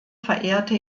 verehrte